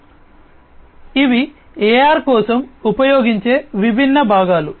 కాబట్టి ఇవి AR కోసం ఉపయోగించే విభిన్న భాగాలు